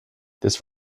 this